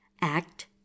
Act